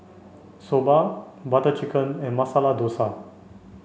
Soba Butter Chicken and Masala Dosa